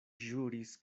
ĵuris